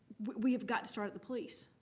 we have got to start at the police.